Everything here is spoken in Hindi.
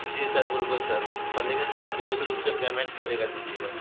जी सर बिल्कुल सर पर लेकिन विशेष रूप से पेमेंट पहले कर दीजिएगा